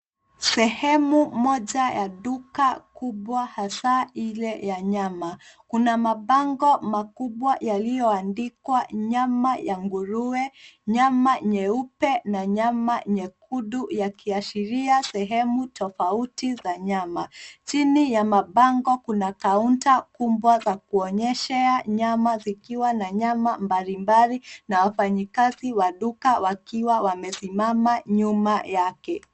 Sehemu moja ya duka kubwa hasa ile ya nyama. Kuna mabango makubwa yaliyoandikwa nyama ya nguruwe, nyama nyeupe na nyama nyekundu yakiashiria sehemu tofauti za nyama. Chini ya mabango kuna kaunta kubwa za kuonyeshea nyama zikiwa na nyama mbalimbali na wafanyikazi wa duka wakiwa wamesimama nyuma yake.